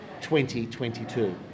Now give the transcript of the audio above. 2022